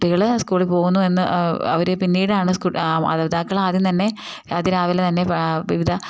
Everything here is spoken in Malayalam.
കുട്ടികൾ സ്കൂളിൽ പോകുന്നു എന്ന് അവർ പിന്നീടാണ് മാതാപിതാക്കൾ ആദ്യം തന്നെ അതിരാവിലെ തന്നെ വിവിധ